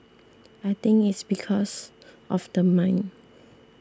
I think it's because of the mine